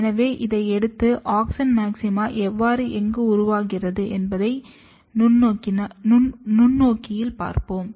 எனவே இதை எடுத்து ஆக்ஸின் மாக்சிமா எவ்வாறு எங்கு உருவாகிறது என்பதை நுண்ணோக்கியில் பார்ப்போம்